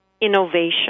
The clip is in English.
innovation